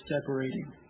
separating